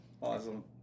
Awesome